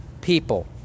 people